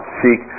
seek